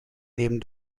neben